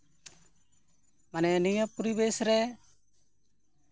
ᱢᱟᱱᱮ ᱱᱤᱭᱟᱹ ᱯᱚᱨᱤᱵᱮᱥ ᱨᱮ